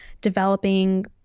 developing